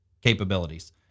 capabilities